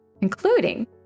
including